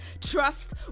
trust